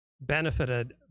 benefited